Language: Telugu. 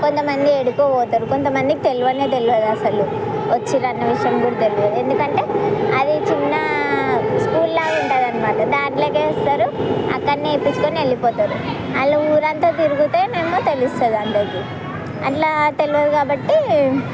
కొంతమంది ఏడికో పోతారు కొంతమంది తెలవనే తెలవదు అసలు వచ్చిర్రు అనే విషయం కూడా తెలవదు ఎందుకంటే అది చిన్న స్కూల్ లో ఉంటుంది అన్నమాట దాంట్లో ఇస్తారు అక్కడ వేయించుకొని వెళ్ళిపోతారు వాళ్ళు ఊరంతా తిరుగుతే మేము తెలుస్తుంది అందరికి అట్లా తెలవదు కాబట్టి